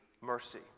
mercy